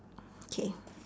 okay